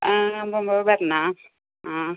ആ മുമ്പ് പറഞ്ഞത് ആ